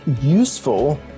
useful